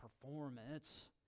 performance